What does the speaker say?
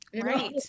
right